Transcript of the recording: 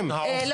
פה